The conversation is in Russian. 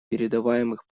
передаваемых